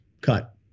cut